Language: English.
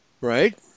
right